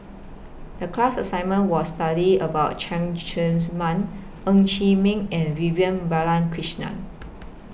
The class assignment was study about Cheng Man Ng Chee Meng and Vivian Balakrishnan